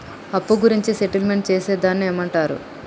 అప్పు గురించి సెటిల్మెంట్ చేసేదాన్ని ఏమంటరు?